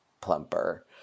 plumper